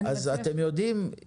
אז אתם יודעים,